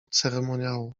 ceremoniału